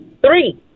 Three